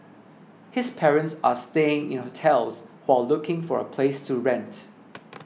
his parents are staying in hotels while looking for a place to rent